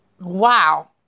Wow